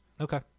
Okay